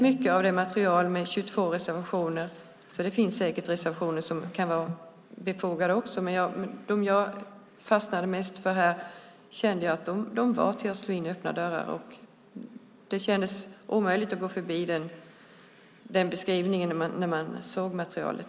Mycket av materialet med 22 reservationer innebär att man slår in öppna dörrar. Det finns säkert reservationer som kan vara befogade också, men de jag fastnade mest för här var inte sådana. Det kändes omöjligt att gå förbi den beskrivningen att slå in öppna dörrar när man såg materialet.